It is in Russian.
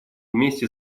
вместе